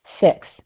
six